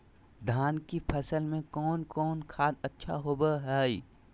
धान की फ़सल में कौन कौन खाद अच्छा होबो हाय?